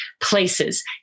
places